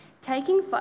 Taking